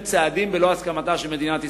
צעדים ללא הסכמתה של מדינת ישראל.